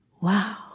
Wow